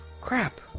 crap